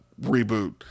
reboot